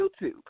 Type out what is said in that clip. YouTube